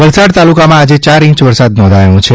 વલસાડ તાલુકામાં આજે ચાર ઇંચ વરસાદ નોંધાયો છે